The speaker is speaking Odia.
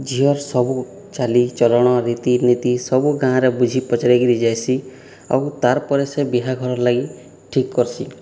ଝିଅର୍ ସବୁ ଚାଲିଚଳନ ରୀତିନୀତି ସବୁ ଗାଁରେ ବୁଝି ପଚାରିକରି ଯାଇସି ଆଉ ତାର ପରେ ସିଏ ବିହାଘର ଲାଗି ଠିକ୍ କର୍ସି